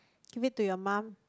give it to your mum